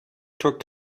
took